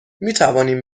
میتوانیم